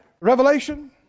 Revelation